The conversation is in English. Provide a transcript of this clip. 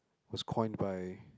was coin by